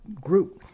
group